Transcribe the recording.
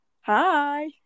Hi